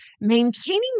maintaining